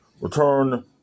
return